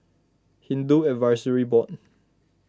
Hindu Advisory Board